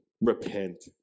Repent